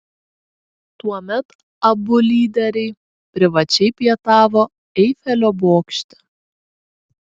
tuomet abu lyderiai privačiai pietavo eifelio bokšte